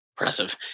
Impressive